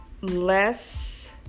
less